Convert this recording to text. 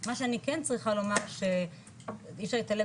מה שאני כן צריכה לומר שאי אפשר להתעלם